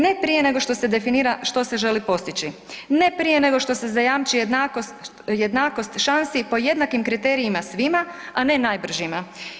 Ne prije nego što se definira što se želi postići, ne prije nego što se zajamči jednakost šansi po jednakim kriterijima svima, a ne najbržima.